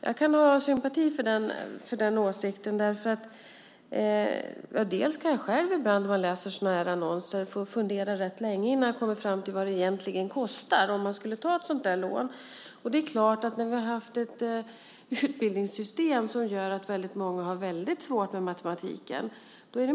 Jag kan sympatisera med den åsikten för att jag själv ibland när jag läser annonser får fundera rätt länge innan jag kommer fram till vad det egentligen kostar att ta ett sådant lån. Det är klart att det är många som inte kan klara av detta själva när vi har haft ett utbildningssystem som gjort att många har väldigt svårt med matematiken.